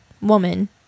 woman